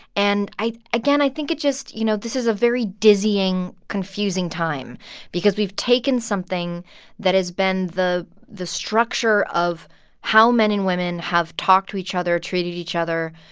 and i again, i think it just you know, this is a very dizzying, confusing time because we've taken something that has been the the structure of how men and women have talked to each other, treated each other